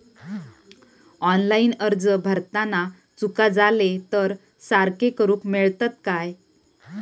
Online अर्ज भरताना चुका जाले तर ते सारके करुक मेळतत काय?